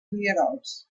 rierols